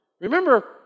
Remember